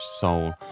soul